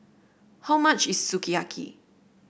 how much is Sukiyaki